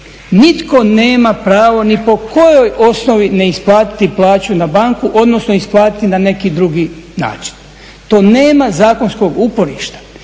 Nitko nema pravo ni po kojoj osnovi ne isplatiti plaću na banku, odnosno isplatiti na neki drugi način, to nema zakonskog uporišta,